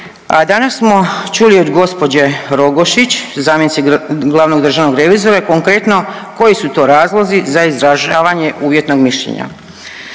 a danas smo čuli od gospođe Rogošić zamjenice glavnog državnog revizora konkretno koji su to razlozi za izražavanje uvjetnog mišljenja.